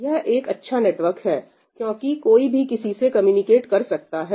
यह एक अच्छा नेटवर्क है क्योंकि कोई भी किसी से कम्युनिकेट कर सकता है